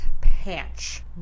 patch